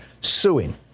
suing